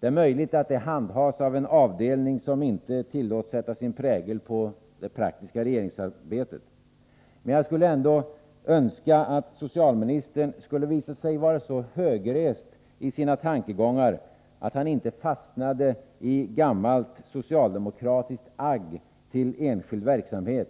Det är möjligt att den handhas av en särskild avdelning som inte tillåts sätta sin prägel på det praktiska regeringsarbetet. Men jag skulle ändå önska att socialministern visade sig vara så högrest i sina tankegångar att han inte fastnade i gammalt socialdemokratiskt agg till enskild verksamhet